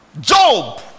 Job